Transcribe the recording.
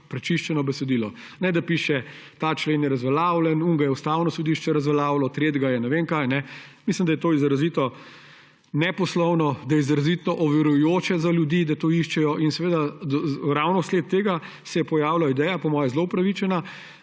prečiščeno besedilo; ne da piše, da je ta člen razveljavljen, drugega je Ustavno sodišče razveljavilo, tretjega je ne vem kaj. Mislim, da je to izrazito neposlovno, da je izrazito ovirajoče za ljudi, da to iščejo. Zaradi tega se je pojavila ideja, po mojem zelo upravičena,